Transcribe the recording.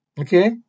Okay